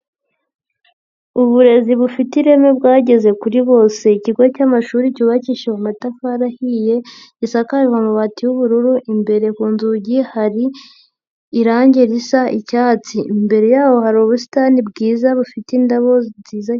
Uburezi bufite ireme bwageze kuri bose, ikigo cy'amashuri cyubakishije amatafari ahiye, gisakajwe amabati y'ubururu, imbere ku nzugi hari irangi risa icyatsi, imbere yaho hari ubusitani bwiza bufite indabo nziza.